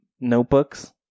notebooks